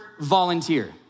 volunteer